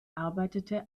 arbeitete